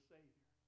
Savior